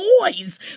boys